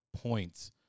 points